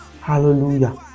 Hallelujah